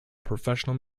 professional